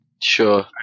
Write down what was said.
Sure